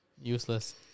useless